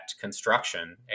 construction